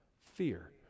Fear